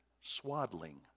swaddling